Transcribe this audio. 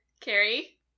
Carrie